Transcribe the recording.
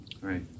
Right